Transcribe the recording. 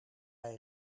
hij